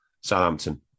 Southampton